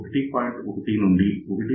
1 to 1